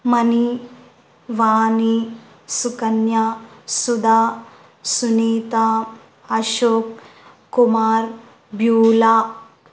money Vani Sukanya Sudha Sunitha Ashok Kumar Beulah